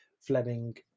Fleming